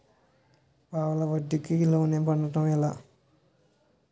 పావలా వడ్డీ కి లోన్ పొందటం ఎలా?